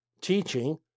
teaching